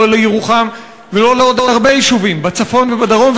לא לירוחם ולא לעוד הרבה יישובים בצפון ובדרום,